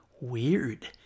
Weird